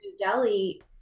delhi